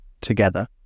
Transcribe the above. together